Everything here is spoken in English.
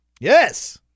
Yes